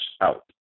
out